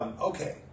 okay